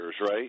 right